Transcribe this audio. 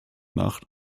nach